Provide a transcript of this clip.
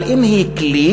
אבל אם היא כלי,